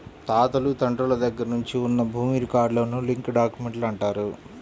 తాతలు తండ్రుల దగ్గర నుంచి ఉన్న భూమి రికార్డులను లింక్ డాక్యుమెంట్లు అంటారు